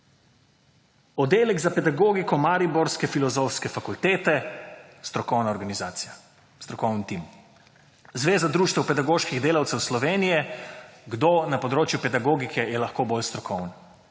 Oddelek za pedagogiko mariborske Filozofske fakultete, strokovna organizacija, strokoven tim. Zveza društev pedagoških delavcev Slovenije, kdo na področju pedagogike je lahko bolj strokoven.